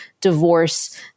divorce